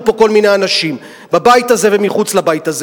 פה כל מיני אנשים בבית הזה ומחוץ לבית הזה.